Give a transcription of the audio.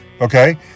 okay